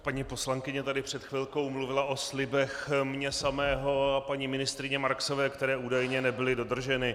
Paní poslankyně tady před chvilkou mluvila o slibech mě samého a paní ministryně Marksové, které údajně nebyly dodrženy.